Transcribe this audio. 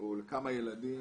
או לכמה ילדים.